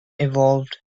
evolved